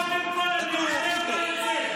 קודם כול אני רוצה שהיא תצא.